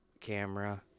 camera